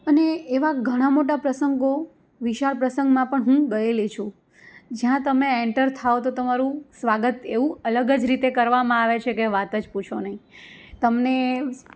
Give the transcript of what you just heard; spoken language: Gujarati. અને એવા ઘણાં મોટાં પ્રસંગો વિશાળ પ્રસંગમાં પણ હું ગયેલી છું જ્યાં તમે એન્ટર થાઓ તો તમારું સ્વાગત એવું અલગ જ રીતે કરવામાં આવે છે કે વાત જ પૂછો નહીં તમને